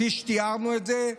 כפי שתיארנו את זה,